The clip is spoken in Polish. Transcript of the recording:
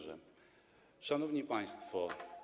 Szanowni Państwo!